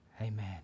Amen